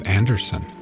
Anderson